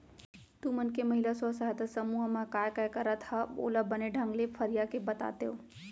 तुमन के महिला स्व सहायता समूह म काय काम करत हा ओला बने ढंग ले फरिया के बतातेव?